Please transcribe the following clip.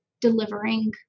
delivering